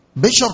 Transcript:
Bishop